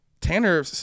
Tanner